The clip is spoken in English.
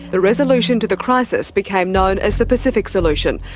the resolution to the crisis became known as the pacific solution,